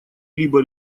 либо